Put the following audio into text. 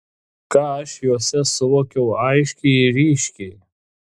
ką aš juose suvokiau aiškiai ir ryškiai